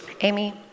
Amy